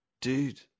Dude